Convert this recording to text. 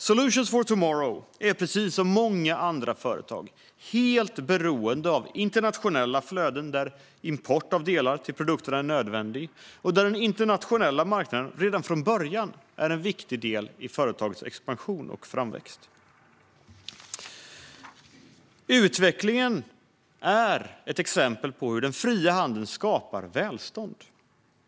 Solutions for Tomorrow är precis som många andra företag helt beroende av internationella flöden där import av delar till produkten är nödvändig och där den internationella marknaden redan från början är en viktig del i företagets expansion och framväxt. Företagets utveckling är ett exempel på hur den fria handeln skapar välstånd.